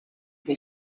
who